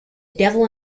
devil